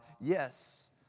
Yes